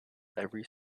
every